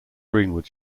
greenwood